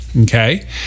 okay